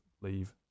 leave